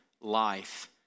Life